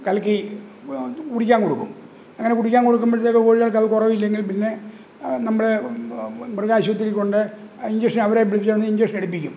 കലക്കി കുടിക്കാൻ കൊടുക്കും അങ്ങനെ കുടിക്കാൻ കൊടുക്കുമ്പോഴത്തേക്ക് കോഴികൾക്ക് കുറവില്ലെങ്കിൽ പിന്നെ നമ്മൾ മൃഗാശുപത്രി കൊണ്ട് ഇഞ്ചക്ഷൻ അവരെ പിടിച്ചു വന്ന് ഇഞ്ചക്ഷൻ എടുപ്പിക്കും